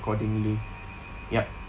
accordingly yup